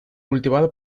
cultivada